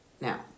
now